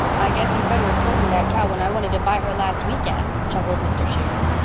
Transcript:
i guess you'd better have sold me that cow when i wanted to buy her last week, anne, chuckled mr. shearer.